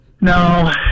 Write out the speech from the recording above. No